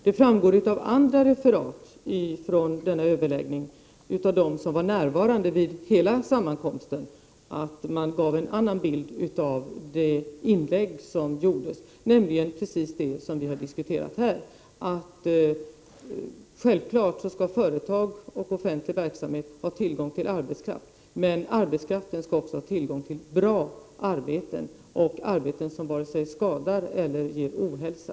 Det framgår av andra referat från denna överläggning att de som var närvarande vid hela sammankomsten gav en annan bild av det inlägg som gjordes, nämligen just det som vi har diskuterat här: självfallet skall företag och offentlig verksamhet ha tillgång till arbetskraft, men arbetskraften skall också ha tillgång till bra arbeten, som inte ger upphov till vare sig skador eller ohälsa.